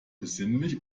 besinnlich